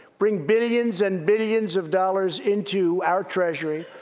bring billions and billions of dollars into our treasury,